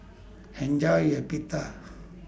Enjoy your Pita